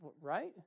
right